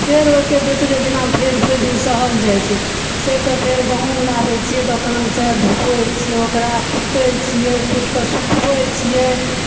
फेर ओहिके दोसरे दिना फेर भरि दिन सहल जाइ छै सहिके फेर गहूॅंम लाबै छियै दोकान सॅं धोबै छियै ओकरा कूटै छियै कूटि के सूखबै छियै